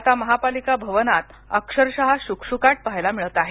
आता महापालिका भवनात अक्षरश श्कश्काट पहायला मिळात आहे